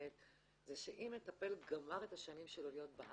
הקודמת זה שאם מטפל גמר את השנים שלו להיות בארץ,